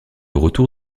retour